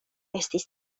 estis